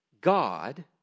God